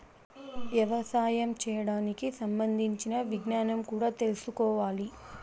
యవసాయం చేయడానికి సంబంధించిన విజ్ఞానం కూడా తెల్సుకోవాలి